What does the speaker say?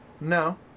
No